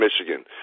michigan